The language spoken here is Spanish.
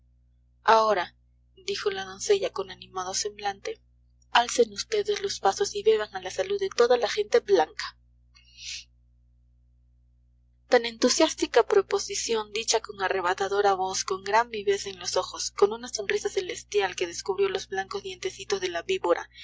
ahora dijo la doncella con animado semblante alcen vds los vasos y beban a la salud de toda la gente blanca tan entusiástica proposición dicha con arrebatadora voz con gran viveza en los ojos con una sonrisa celestial que descubrió los blancos dientecitos de la víbora